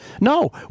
No